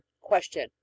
Question